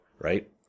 right